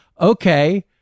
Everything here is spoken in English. okay